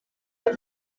umwe